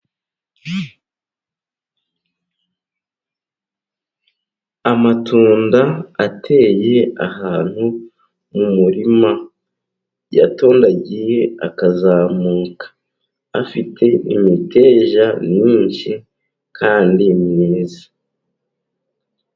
Amatunda ateye ahantu mumurima, yatondagiye akazamuka, afite imiteja myinshi kandi myiza.